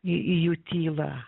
į į jų tylą